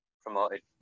promoted